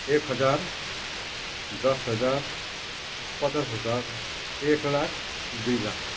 एक हजार दस हजार पचास हजार एक लाख दुई लाख